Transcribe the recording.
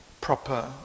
proper